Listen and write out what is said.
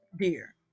dear